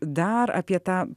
dar apie tą